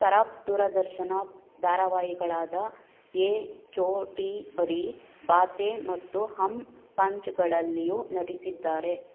ತರಾಫ್ ದೂರದರ್ಶನ ಧಾರಾವಾಹಿಗಳಾದ ಯೇ ಛೋಟೀ ಬಡೀ ಬಾತೇ ಮತ್ತು ಹಮ್ ಪಾಂಚ್ಗಳಲ್ಲಿಯೂ ನಟಿಸಿದ್ದಾರೆ